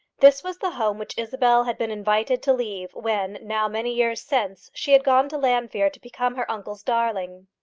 this was the home which isabel had been invited to leave when, now many years since, she had gone to llanfeare to become her uncle's darling.